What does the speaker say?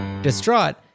Distraught